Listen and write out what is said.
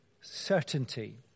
certainty